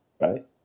right